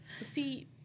See